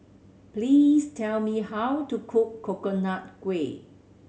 please tell me how to cook Coconut Kuih